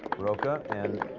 rocca and